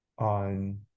on